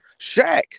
Shaq